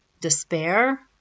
despair